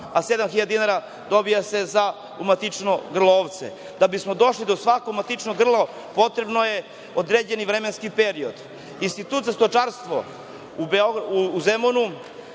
hiljada dinara dobija se za umatičeno grlo ovce. Da bismo došli do svakog umatičenog grla potreban je određeni vremenski period. Institut za stočarstvo u Zemunu